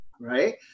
right